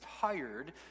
tired